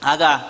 Aga